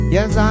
Yes